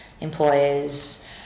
employers